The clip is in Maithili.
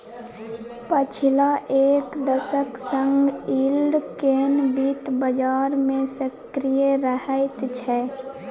पछिला एक दशक सँ यील्ड केँ बित्त बजार मे सक्रिय रहैत छै